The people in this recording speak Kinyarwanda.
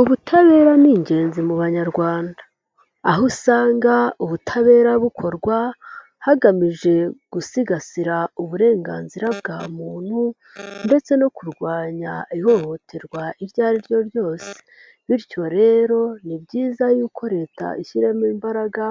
Ubutabera ni ingenzi mu Banyarwanda aho usanga ubutabera bukorwa hagamijwe gusigasira uburenganzira bwa muntu ndetse no kurwanya ihohoterwa iryo ari ryo ryose bityo rero ni byiza yuko Leta ishyiramo imbaraga